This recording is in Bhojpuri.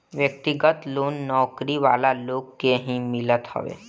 व्यक्तिगत लोन नौकरी वाला लोग के ही मिलत हवे